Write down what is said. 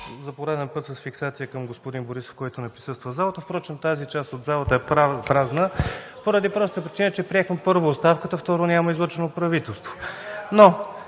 за пореден път с фиксация към господин Борисов, който не присъства в залата. Впрочем тази част от залата е празна поради простата причина, че първо приехме оставката, а второ, няма излъчено правителство.